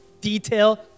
detail